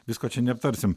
visko čia neaptarsim